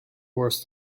worse